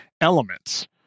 elements